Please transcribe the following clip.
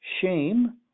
shame